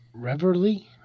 Reverly